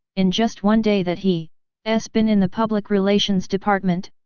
in just one day that he s been in the public relations department,